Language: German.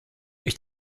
ich